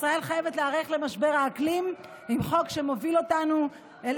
ישראל חייבת להיערך למשבר האקלים עם חוק שמוביל אותנו אל